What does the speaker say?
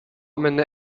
many